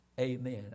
Amen